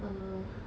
err